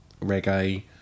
reggae